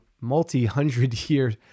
multi-hundred-year